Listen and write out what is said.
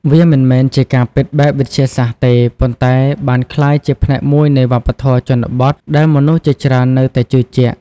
វាមិនមែនជាការពិតបែបវិទ្យាសាស្ត្រទេ ប៉ុន្តែបានក្លាយជាផ្នែកមួយនៃវប្បធម៌ជនបទដែលមនុស្សជាច្រើននៅតែជឿជាក់។